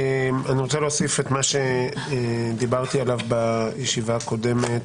אני רוצה להוסיף את מה שדיברתי עליו בישיבה הקודמת.